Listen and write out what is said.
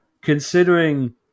considering